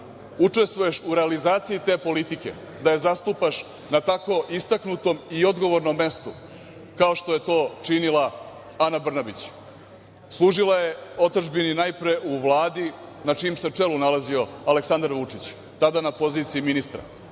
učestvuješ u realizaciji politike, da je zastupaš na tako istaknutom i odgovornom mestu kao što je to činila Ana Brnabić. Služila je otadžbini najpre u Vladi na čijem se čelu nalazio Aleksandar Vučić, tada na poziciji ministra.